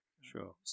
sure